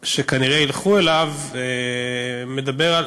הרעיון שכנראה ילכו אליו מדבר על